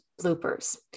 bloopers